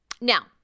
Now